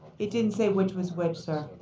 it didn't say which was which,